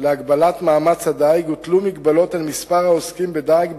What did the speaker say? להגבלת מאמץ הדיג הוטלו מגבלות על מספר העוסקים בדיג,